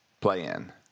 play-in